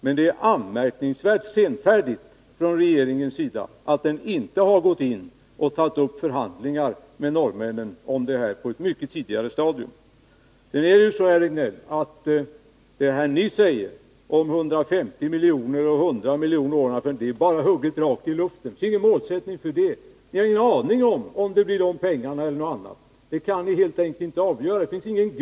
Men det är anmärkningsvärt senfärdigt av regeringen att man inte har gått in och tagit upp förhandlingar med norrmännen om detta på ett mycket tidigare stadium. Sedan är det så, herr Rejdnell, att det ni här säger om 150 milj.kr. resp. 100 milj.kr. för de närmaste åren bara är hugget rakt i luften. Det finns ingen målsättning för det. Ni har ingen aning om, om det blir detta belopp eller något annat. Det kan ni helt enkelt inte avgöra.